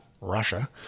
Russia